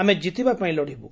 ଆମେ ଜିତିବା ପାଇଁ ଲଡ଼ିବୁ